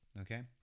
Okay